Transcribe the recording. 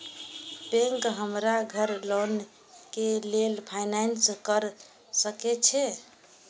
Bank हमरा घर loan के लेल फाईनांस कर सके छे?